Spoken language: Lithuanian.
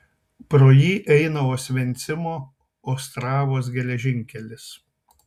pro jį eina osvencimo ostravos geležinkelis